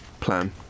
plan